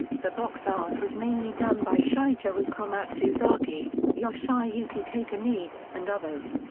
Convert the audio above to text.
the box art was mainly done by shigeru komatsuzaki, yoshiyuki takani, and others.